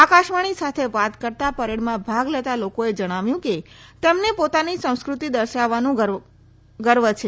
આકાશવાણી સાથે વાત કરતાં પરેડમાં ભાગ લેતાં લોકોએ જણાવ્યું કે તેમને પોતાની સંસ્ક્રૃતિ દર્શાવવાનું ગર્વ છે